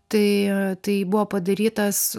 tai tai buvo padarytas